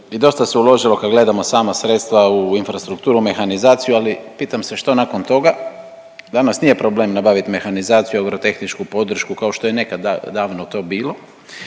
i dosta se uložilo kad gledamo sama sredstva u infrastrukturu, mehanizaciju ali pitam se što nakon toga? Danas nije problem nabavit mehanizaciju, agrotehničku podršku kao što je nekad davno to bilo.